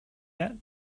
yet